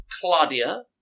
Claudia